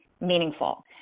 meaningful